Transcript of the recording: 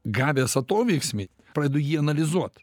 gavęs atoveiksmį pradedu jį analizuot